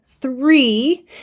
Three